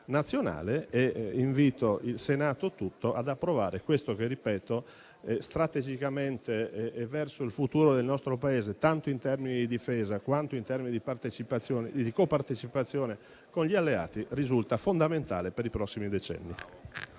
pertanto, il Senato tutto ad approvare questo che, strategicamente, verso il futuro del nostro Paese, tanto in termini di difesa quanto in termini di partecipazione e di copartecipazione con gli alleati, risulta fondamentale per i prossimi decenni.